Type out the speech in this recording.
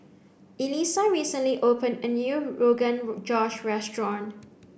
Elisa recently opened a new rogan josh restaurant